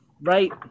Right